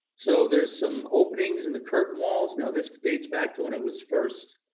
so there's some openings in the curtain walls. now this dates back to when it was first